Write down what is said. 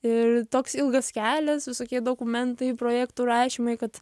ir toks ilgas kelias visokie dokumentai projektų rašymai kad